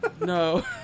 No